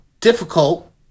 Difficult